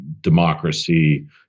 democracy